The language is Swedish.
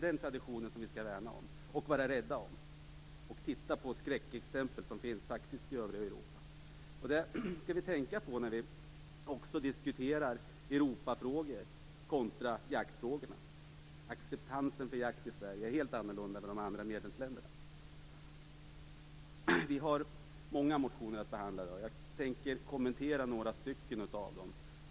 Den traditionen skall vi värna, vara rädda om och titta på de skräckexempel som finns i övriga Europa. Det skall vi tänka på när vi diskuterar Europafrågor kontra jaktfrågor. Acceptansen i Sverige för jakt är helt annorlunda än i de andra medlemsländerna. Det har väckts många motioner i det här ärendet, och jag tänker kommentera några av dem.